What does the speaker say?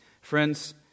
Friends